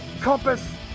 compass